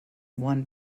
one